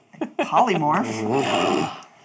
Polymorph